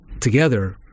together